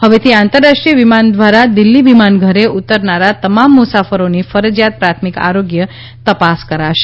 હવેથી આંતરરાષ્ટ્રીય વિમાન દ્વારા દિલ્હી વિમાનઘરે ઉતરનારા તમામ મુસાફરોની ફરજિયાત પ્રાથમિક આરોગ્ય તપાસ કરાશે